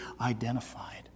identified